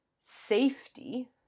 safety